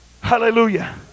Hallelujah